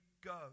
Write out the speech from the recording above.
go